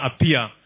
appear